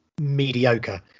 mediocre